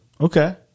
Okay